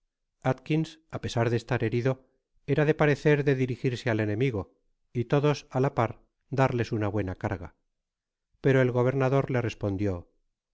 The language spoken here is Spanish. pesar de estar herido era de parecer de dirigirse al enemigo y todos á la par darles una buena carga pero el gobernador le respondio